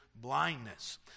blindness